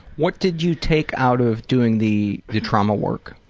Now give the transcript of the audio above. what did you take out of doing the the trauma work,